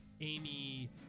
Amy